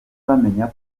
bamenya